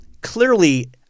clearly